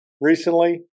recently